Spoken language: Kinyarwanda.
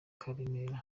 karemera